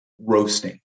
roasting